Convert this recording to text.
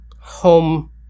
home